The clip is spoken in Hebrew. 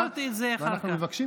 ואנחנו מבקשים.